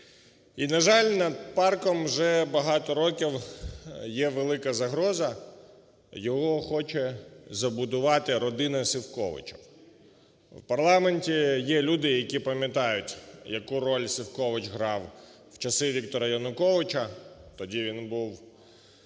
І на жаль, над парком вже багато років є велика загроза, його хоче забудувати родина Сівковичів. У парламенті є люди, які пам'ятають, яку роль Сівкович грав в часи Віктора Януковича, тоді він був